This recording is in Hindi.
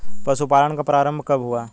पशुपालन का प्रारंभ कब हुआ?